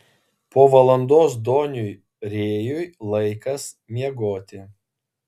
po valandos doniui rėjui laikas miegoti